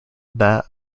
that